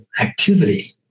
activity